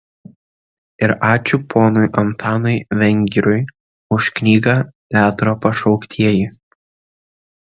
ir ačiū ponui antanui vengriui už knygą teatro pašauktieji